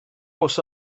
bws